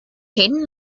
hayden